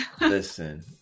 listen